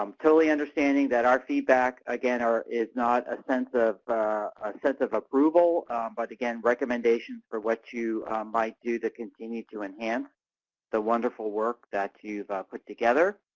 um totally understanding that our feedback, again, is not a sense of sense of approval but, again, recommendations for what you might do to continue to enhance the wonderful work that you've ah put together.